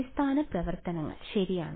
അടിസ്ഥാന പ്രവർത്തനങ്ങൾ ശരിയാണ്